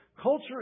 Culture